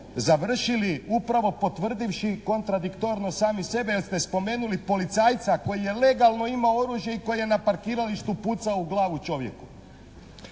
završili upravo potvrdivši kontradiktorno sami sebe jer ste spomenuli policajca koji je legalno imao oružje i koji je na parkiralištu pucao u glavu čovjeku.